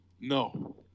No